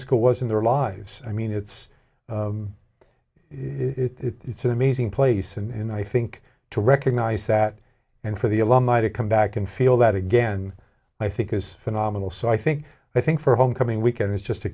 school was in their lives i mean it's it's an amazing place and i think to recognize that and for the alumni to come back and feel that again i think is phenomenal so i think i think for homecoming weekend it's just a